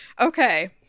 Okay